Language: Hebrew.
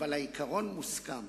אבל העיקרון מוסכם.